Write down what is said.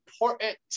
important